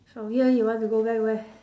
from here you want to go back where